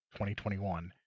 2021